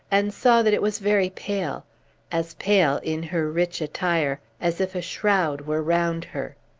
and saw that it was very pale as pale, in her rich attire, as if a shroud were round her.